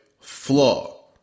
flaw